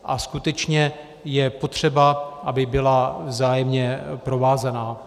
A skutečně je potřeba, aby byla vzájemně provázaná.